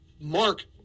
mark